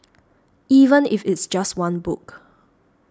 even if it's just one book